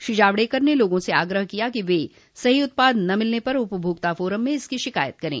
श्री जावडेकर ने लोगों से आग्रह किया के वे सही उत्पाद न मिलने पर उपभोक्ता फोरम में इसकी शिकायत करें